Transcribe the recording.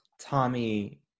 Tommy